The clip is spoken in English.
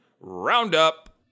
Roundup